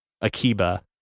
Akiba